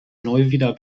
neuwieder